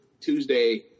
Tuesday